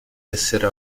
essere